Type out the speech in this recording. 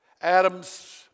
Adam's